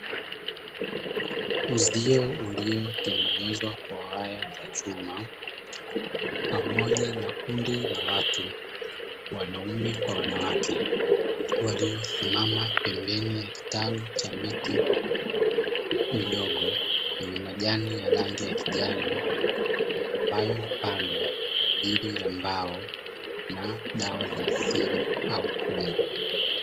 Uzio uliotengenezwa kwa waya za chuma pamoja na kundi la watu; wanaume kwa wanawake, waliosimama pembeni ya kitalu cha miti midogo yenye majani ya rangi ya kijani ambayo hupandwa kwajili ya mbao na dawa za asili au kuni.